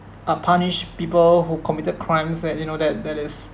uh punish people who committed crimes that you know that that is